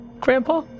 Grandpa